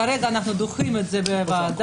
כרגע אנחנו דוחים את זה בוועדה,